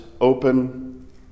open